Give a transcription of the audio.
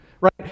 right